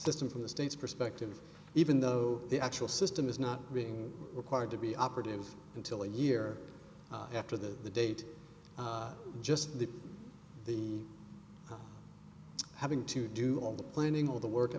system from the states perspective even though the actual system is not being required to be operative until a year after the date just the the having to do all the planning all the work i